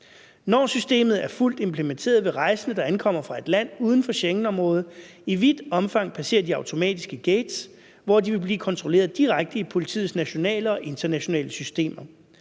Når systemet er fuldt implementeret, vil rejsende, der ankommer fra et land uden for Schengenområdet, i vidt omfang passere de automatiske gates, hvor de vil blive kontrolleret direkte i politiets nationale og internationale systemer.